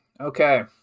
Okay